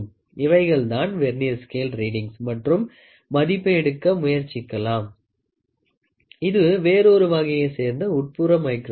இவைகள் தான் vernier scale readings மற்றும் மதிப்பை எடுக்க முயற்சிக்கலாம் இது வேறொரு வகையை சேர்ந்த உட்புற மைக்ரோமீட்டர்